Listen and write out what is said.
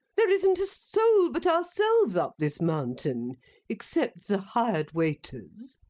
there isn't a soul but ourselves up this mountain except the hired waiters.